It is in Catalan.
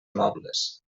nobles